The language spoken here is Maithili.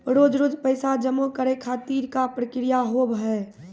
रोज रोज पैसा जमा करे खातिर का प्रक्रिया होव हेय?